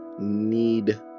need